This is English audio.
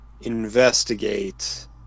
investigate